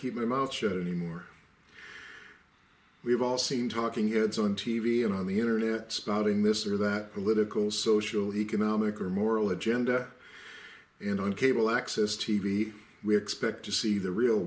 keep my mouth shut anymore we've all seen talking heads on t v and on the internet spouting this or that political social economic or moral agenda and on cable access t v we expect to see the real